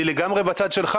אני לגמרי בצד שלך.